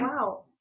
Wow